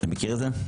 מכיר את זה?